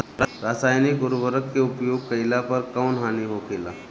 रसायनिक उर्वरक के उपयोग कइला पर कउन हानि होखेला?